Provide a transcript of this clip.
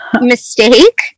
mistake